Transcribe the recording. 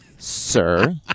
Sir